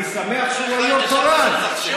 אני שמח שהוא יו"ר תורן.